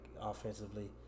offensively